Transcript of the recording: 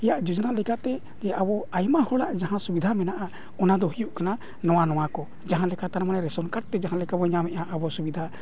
ᱨᱮᱭᱟᱜ ᱡᱳᱡᱚᱱᱟ ᱞᱮᱠᱟᱛᱮ ᱟᱵᱚ ᱟᱭᱢᱟ ᱦᱚᱲᱟᱜ ᱡᱟᱦᱟᱸ ᱥᱩᱵᱤᱫᱷᱟ ᱢᱮᱱᱟᱜᱼᱟ ᱚᱱᱟᱫᱚ ᱦᱩᱭᱩᱜ ᱠᱟᱱᱟ ᱱᱚᱣᱟ ᱱᱚᱣᱟ ᱠᱚ ᱡᱟᱦᱟᱸ ᱞᱮᱠᱟ ᱛᱟᱨᱢᱟᱱᱮ ᱨᱮᱥᱚᱱ ᱠᱟᱨᱰᱛᱮ ᱡᱟᱦᱟᱸ ᱞᱮᱠᱟ ᱵᱚᱱ ᱧᱟᱢᱮᱜᱼᱟ ᱟᱵᱚ ᱥᱩᱵᱤᱫᱷᱟ